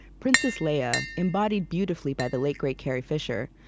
princess leia, embodied beautifully by the late, great carrie fisher,